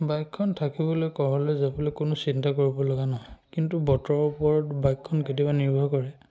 বাইকখন থাকিবলৈ ক'ৰবালৈ যাবলৈ কোনো চিন্তা কৰিব লগা নহয় কিন্তু বতৰৰ ওপৰত বাইকখন কেতিয়াবা নিৰ্ভৰ কৰে